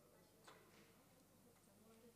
הראשון שלי שנשאתי בעניין המחאה בשם